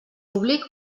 públic